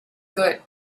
good